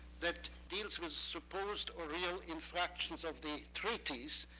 that deals with supposed or real infractions of the treaties,